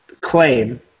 claim